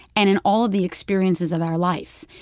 and in all of the experiences of our life.